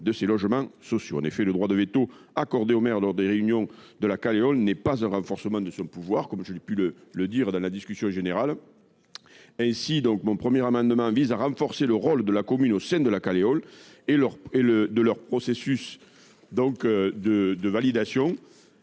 des logements sociaux. En effet, le droit de veto accordé aux maires lors des réunions de la Caleol n’est pas un renforcement de leur pouvoir, comme je l’ai dit lors de la discussion générale. Ainsi, mon premier amendement vise à renforcer le rôle de la commune au sein de la Caleol et dans le processus de validation.